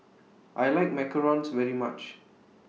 I like Macarons very much